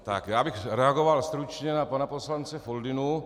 Já bych reagoval stručně na pana poslance Foldynu.